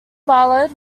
ballard